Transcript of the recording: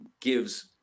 gives